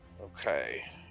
Okay